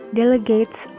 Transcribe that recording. delegates